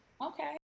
okay